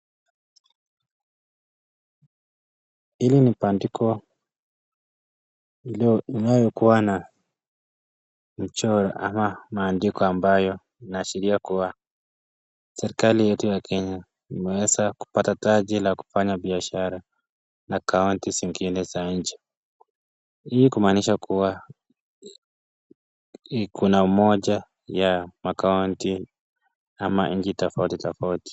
Hili ni bandiko linayokuwa na mchoro ama maandiko ambayo inaashiria kuwa serikali yetu ya Kenya imeweza kupata taji la kufanya biashara na kaunti zingine za nchi ,hii ni kumaanisha kuwa kuna umoja ya makaunti ama nchi tofauti tofauti.